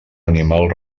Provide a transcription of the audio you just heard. animal